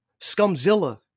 scumzilla